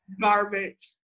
Garbage